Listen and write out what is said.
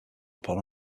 upon